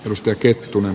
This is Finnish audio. mustaketun